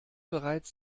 bereits